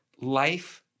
life